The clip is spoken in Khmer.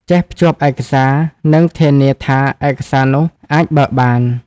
ចេះភ្ជាប់ឯកសារ និងធានាថាឯកសារនោះអាចបើកបាន។